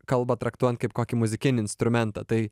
kalbą traktuojant kaip kokį muzikinį instrumentą tai